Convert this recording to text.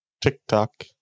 TikTok